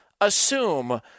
assume